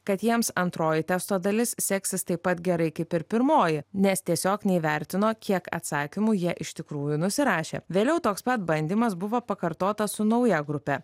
kad jiems antroji testo dalis seksis taip pat gerai kaip ir pirmoji nes tiesiog neįvertino kiek atsakymų jie iš tikrųjų nusirašė vėliau toks pat bandymas buvo pakartotas su nauja grupe